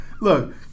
look